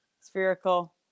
spherical